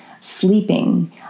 sleeping